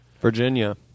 Virginia